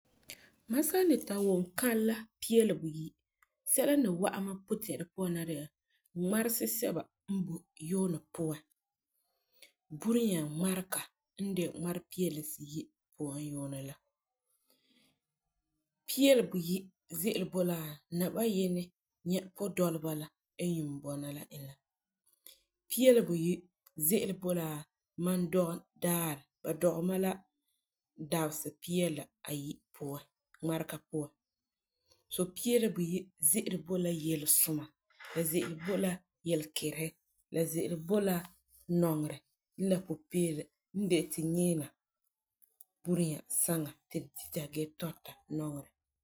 Mam san ni ta wum kãlɛ la pia la buyi, sɛla n ni wa'am mam puti'irɛ puan na de la ŋmaresi sɛba n boi yuunɛ puan. Bureya ŋmarega n de ŋmare pia la siyi puan yuunɛ la. Pia la buyi ze'ele boi la naba Yinɛ podɔleba la n yuuma ni bɔna la e la.pia la buyi ze'ele boi la mam dɔgum daarɛ, ba dɔgɛ mam la dabesa pia la ayi puan. Ŋlmarega puan so pia la buyi ze'ele boi la yelesuma ,la ze'ele boi la yelekiresi, la ze'ele boi la nɔŋerɛ la pupeelum n de tu ni yɛ'ɛna bureya saŋa gee dita gee tɔta.